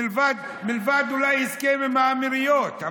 מלבד אולי הסכם עם האמירויות.